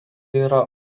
yra